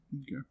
Okay